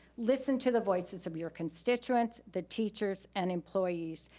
listen to the voices of your constituents, the teachers and employees,